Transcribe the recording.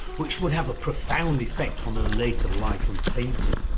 which would have a profound effect on her later life and painting.